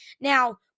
Now